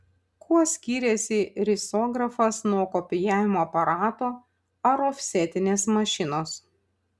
kuo skiriasi risografas nuo kopijavimo aparato ar ofsetinės mašinos